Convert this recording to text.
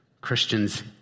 Christians